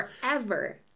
Forever